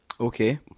Okay